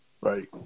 Right